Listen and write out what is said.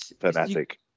fanatic